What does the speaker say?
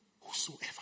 Whosoever